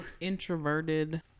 introverted